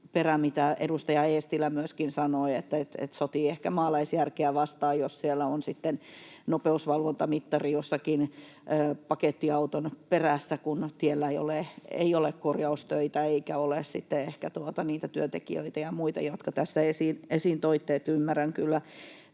perä, mitä myöskin edustaja Eestilä sanoi, että sotii ehkä maalaisjärkeä vastaan, jos siellä on nopeusvalvontamittari jossakin pakettiauton perässä, kun tiellä ei ole korjaustöitä eikä ole sitten ehkä niitä työntekijöitä ja muita, jotka tässä esiin toitte. Ymmärrän kyllä